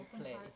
play